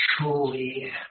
truly